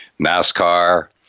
nascar